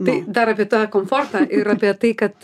tai dar apie tą komfortą ir apie tai kad